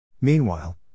Meanwhile